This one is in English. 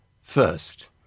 first